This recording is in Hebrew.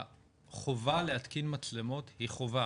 החובה להתקין מצלמות היא חובה.